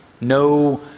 no